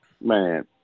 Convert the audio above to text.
Man